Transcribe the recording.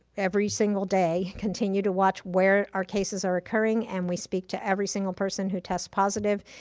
every single day continue to watch where our cases are occurring, and we speak to every single person who tests positive,